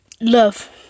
Love